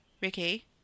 Ricky